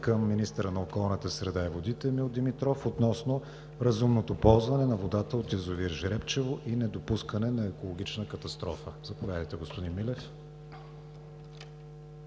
към министъра на околната среда и водите Емил Димитров относно разумното ползване на водата от язовир „Жребчево“ и недопускане на екологична катастрофа. Заповядайте, господин Милев.